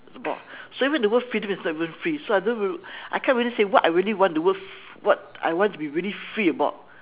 about so even the word freedom is not even free so I don't really I can't really say what I really want the word what what I want to be really free about